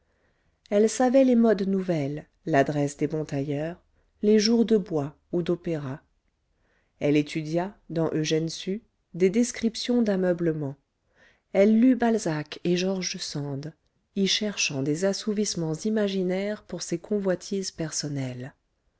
elle savait les modes nouvelles l'adresse des bons tailleurs les jours de bois ou d'opéra elle étudia dans eugène sue des descriptions d'ameublements elle lut balzac et george sand y cherchant des assouvissements imaginaires pour ses convoitises personnelles